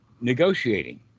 negotiating